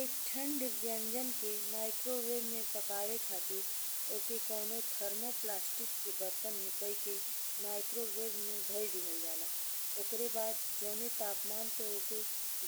एक ठंडे व्यंजन के माइक्रोवेव में पकावे खातिर ओके कउनो थर्मोप्लास्टिक के बरतन में कइ के माइक्रोवेव में धई दिहल जाला। ओकरे बाद जाने तापमान पे ओके